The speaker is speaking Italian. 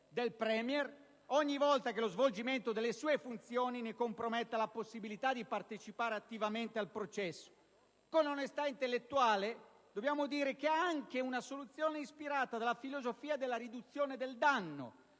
del *Premier* ogni volta che lo svolgimento delle sue funzioni ne comprometta la possibilità di partecipare attivamente al processo. Con onestà intellettuale dobbiamo dire che è anche una soluzione ispirata alla filosofia della riduzione del danno,